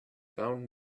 found